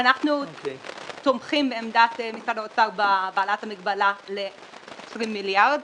אנחנו תומכים בעמדת משרד האוצר בהעלאת המגבלה ל-20 מיליארד.